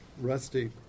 rusty